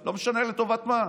לא משנה לטובת מה,